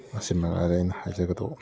ꯃꯁꯤꯃ ꯉꯥꯏꯔꯦ ꯑꯩꯅ ꯍꯥꯏꯖꯒꯗꯧꯕ